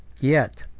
yet,